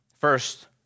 First